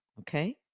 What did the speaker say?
Okay